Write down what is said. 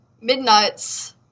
Midnight's